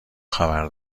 خبر